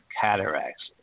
cataracts